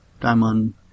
diamond